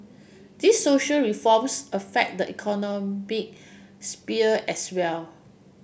these social reforms affect the economic sphere as well